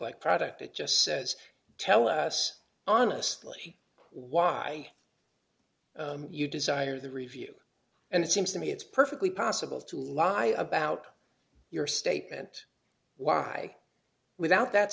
like product it just says tell us honestly why you desire the review and it seems to me it's perfectly possible to lie about your statement why without that